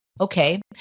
Okay